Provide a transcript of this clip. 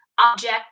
object